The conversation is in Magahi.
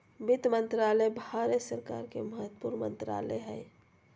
वित्त मंत्रालय भारत सरकार के महत्वपूर्ण मंत्रालय हइ